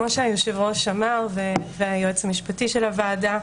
כמו שיושב הראש אמר והיועץ המשפטי של הוועדה,